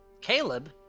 Caleb